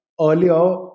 earlier